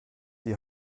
die